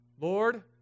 Lord